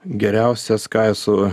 geriausias ką esu